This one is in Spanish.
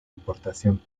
importación